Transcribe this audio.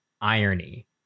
irony